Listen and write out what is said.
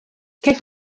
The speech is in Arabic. كيف